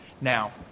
Now